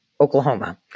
Oklahoma